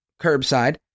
curbside